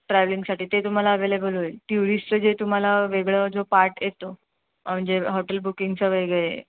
ट्रॅव्हलिंगसाठी ते तुम्हाला अवेलेबल होईल ट्युरिस्टचं जे तुम्हाला वेगळं जो पार्ट येतो म्हणजे हॉटेल बुकिंगचं वगैरे